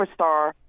superstar